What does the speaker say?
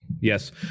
Yes